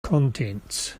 contents